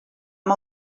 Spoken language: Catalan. amb